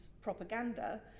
propaganda